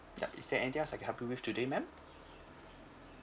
yup is there anything else I can help you with today madam